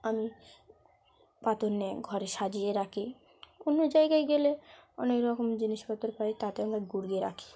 আমি পাথর নিয়ে ঘরে সাজিয়ে রাখি অন্য জায়গায় গেলে অনেক রকম জিনিসপত্র পাই তাতে আমরা কুড়িয়ে রাখি